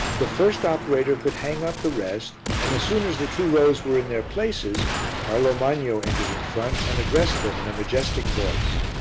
the first operator could hang up the rest, and as soon as the two rows were in their places carlo magno entered in front and addressed them in a majestic voice.